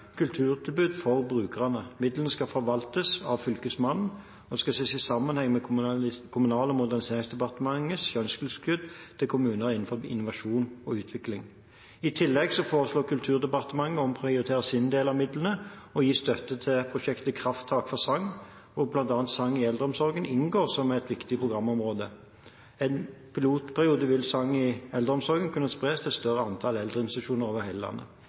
kulturtilbud for brukerne. Midlene skal forvaltes av Fylkesmannen og skal ses i sammenheng med Kommunal- og moderniseringsdepartementets skjønnstilskudd til kommunal innovasjon og utvikling. I tillegg foreslår Kulturdepartementet å omprioritere sin del av midlene og gi støtte til prosjektet Krafttak for sang, hvor bl.a. sang i eldreomsorgen inngår som et viktig programområde. I en pilotperiode vil sang i eldreomsorgen kunne spres til et større antall eldreinstitusjoner over hele landet.